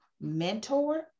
mentor